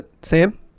Sam